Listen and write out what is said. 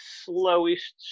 slowest